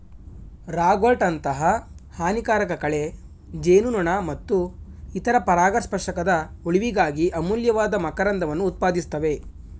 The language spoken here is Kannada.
ರಾಗ್ವರ್ಟ್ನಂತಹ ಹಾನಿಕಾರಕ ಕಳೆ ಜೇನುನೊಣ ಮತ್ತು ಇತರ ಪರಾಗಸ್ಪರ್ಶಕದ ಉಳಿವಿಗಾಗಿ ಅಮೂಲ್ಯವಾದ ಮಕರಂದವನ್ನು ಉತ್ಪಾದಿಸ್ತವೆ